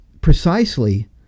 precisely